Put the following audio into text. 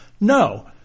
No